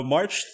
March